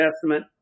Testament